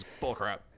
bullcrap